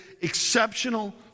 exceptional